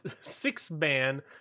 six-man